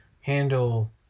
handle